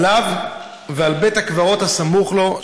עליו ועל בית הקברות הסמוך לו,